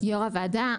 יו"ר הוועדה,